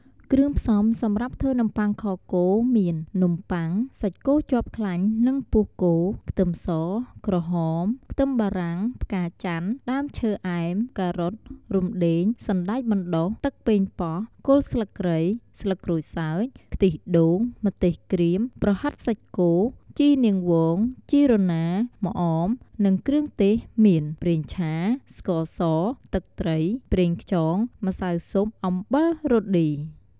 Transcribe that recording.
គ្រឿងផ្សំសម្រាប់ធ្វើនំបុ័ងខគោមាន នំប័ុង សាច់គោជាប់ខ្លាញ់និងពោះគោ ខ្ទឹមស ក្រហម ខ្ទឹមបារាំង ផ្កាចាន់ ដើមឈើអែម ការ៉ុត រំដេង សណ្ដែកបណ្ដុះ ទឹកប៉េងប៉ោះ គល់ស្លឹកគ្រៃ ស្លឹកក្រូចសើច ខ្ទិះដូង ម្ទេសក្រៀម ប្រហិតសាច់គោ ជីនាងវង ជីរណា ម្អម និងគ្រឿងទេសមាន ប្រេងឆា ស្ករស ទឹកត្រី ប្រងខ្យង ម្សៅស៊ុប អំបិល រ៉តឌី ។